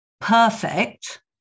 perfect